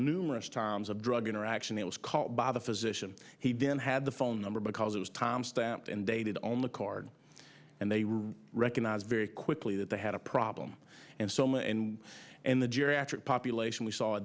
numerous times of drug interaction it was called by the physician he didn't have the phone number because it was time stamped and dated on the card and they were recognized very quickly that they had a problem and so my and and the geriatric population we saw a